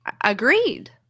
Agreed